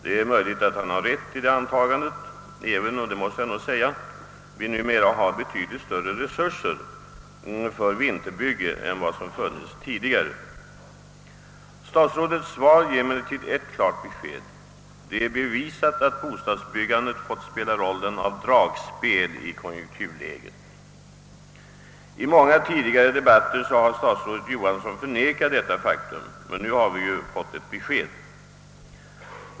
Det är möjligt att han har rätt i det antagandet, även om — det måste jag säga — vi numera har betydligt större resurser för vinterbygge än vad som funnits tidigare. Statsrådets svar ger emellertid ett klart besked. Det är bevisat att bostadsbyggandet fått spela rollen av dragspel i konjunkturläget. I många tidigare debatter har statsrådet Johansson förnekat detta faktum, men nu har vi fått ett besked.